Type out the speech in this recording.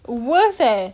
worst eh